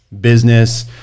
business